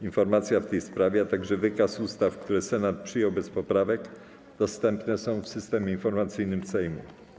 Informacja w tej sprawie, a także wykaz ustaw, które Senat przyjął bez poprawek, dostępne są w Systemie Informacyjnym Sejmu.